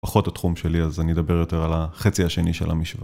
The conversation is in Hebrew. פחות התחום שלי אז אני אדבר יותר על החצי השני של המשוואה.